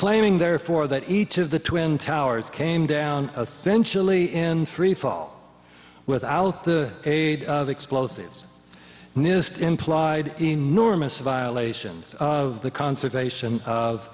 claiming therefore that each of the twin towers came down essential ie in freefall without the aid of explosives nist implied enormous violations of the conservation of